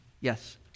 yes